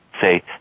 say